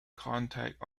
contact